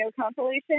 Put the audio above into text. compilation